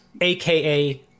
AKA